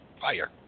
fire